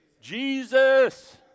Jesus